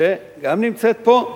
שגם נמצאת פה.